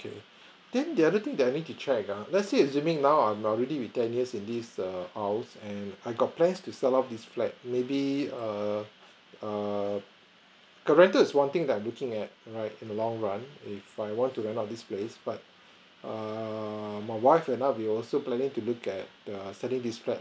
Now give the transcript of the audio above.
then the other thing that I need to check uh let's say assuming now I already with ten years with this err house I got plan to sell out this flat maybe err err the rental is one thing that I'm looking at right in a long run if I want to rent out this place but err my wife and I we also planning to look at the selling this flat